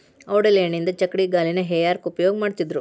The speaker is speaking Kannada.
ಔಡಲ ಎಣ್ಣಿಯಿಂದ ಚಕ್ಕಡಿಗಾಲಿನ ಹೇರ್ಯಾಕ್ ಉಪಯೋಗ ಮಾಡತ್ತಿದ್ರು